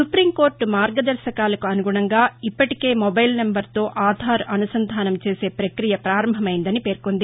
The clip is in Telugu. సుపీంకోర్లు మార్గదర్భకాలకు అనుగుణంగా ఇప్పటికే మొబైల్ నెంబర్తో ఆధార్ అనుసంధానం చేసే పక్రియ ప్రారంభమైందని పేర్కొంది